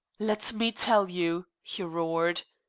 let me tell you he roared.